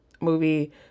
movie